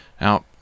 now